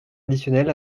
additionnel